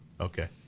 Okay